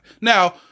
Now